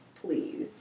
please